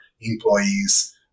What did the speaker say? employees